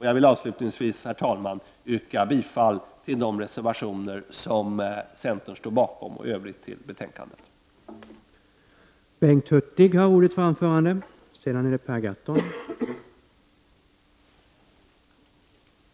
Jag vill avslutningsvis, herr talman, yrka bifall till de reservationer som centern står bakom och i övrigt till utskottets hemställan i betänkandet.